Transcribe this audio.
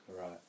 Right